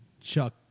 chuck